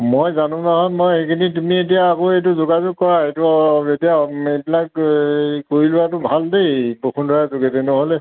মই জানো নহয় মই এইখিনি তুমি এতিয়া আকৌ এইটো যোগাযোগ কৰা এইটো এতিয়া এইবিলাক কৰি লোৱাটো ভাল দেই বসুন্ধৰাৰ যোগেদি নহ'লে